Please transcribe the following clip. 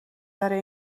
برای